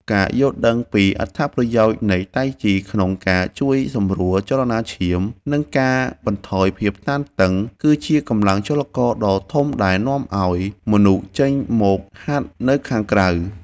ការយល់ដឹងពីអត្ថប្រយោជន៍នៃតៃជីក្នុងការជួយសម្រួលចរន្តឈាម និងកាត់បន្ថយភាពតានតឹង គឺជាកម្លាំងចលករដ៏ធំដែលនាំឱ្យមនុស្សចេញមកហាត់នៅខាងក្រៅ។